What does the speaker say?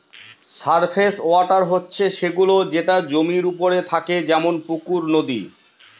surface water হচ্ছে সে গুলো যেটা জমির ওপরে থাকে যেমন পুকুর, নদী